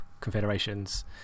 confederations